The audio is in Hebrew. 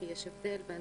כי יש הבדל בין